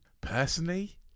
personally